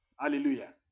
Hallelujah